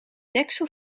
deksel